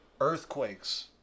Earthquakes